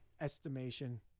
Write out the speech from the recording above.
estimation